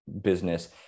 business